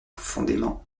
profondément